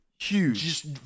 huge